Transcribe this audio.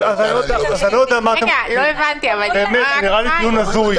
הטיעון הוא --- אז אני לא יודע מה אתם זה נראה לי דיון הזוי.